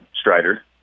Strider